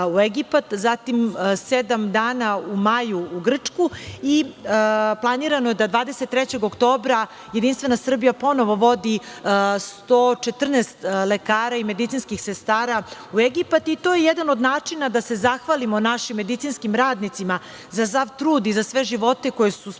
u Egipat, zatim sedam dana u maju u Grčku i planirano je da 23. oktobra JS ponovo vodi 114 lekara i medicinskih sestara u Egipat. To je jeda od načina da se zahvalimo našim medicinskim radnicima za sav trud i za sve živote koje su spasili